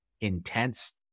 intense